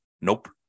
Nope